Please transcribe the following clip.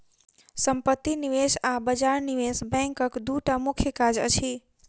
सम्पत्ति निवेश आ बजार निवेश बैंकक दूटा मुख्य काज अछि